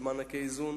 מענקי האיזון,